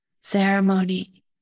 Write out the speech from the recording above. ceremony